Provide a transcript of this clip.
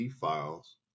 files